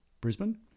brisbane